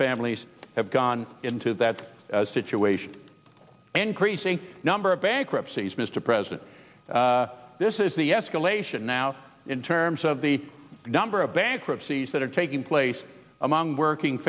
families have gone into that situation encreasing number of bankruptcies mr president this is the escalation now in terms of the number of bankruptcies that are taking place among working